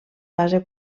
base